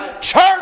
church